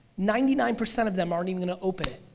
ninety nine percent of them aren't even gonna open it.